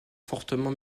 fortement